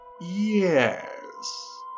Yes